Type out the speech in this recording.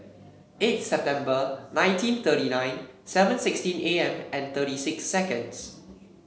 eight September nineteen thirty nine seven sixteen A M and thirty six seconds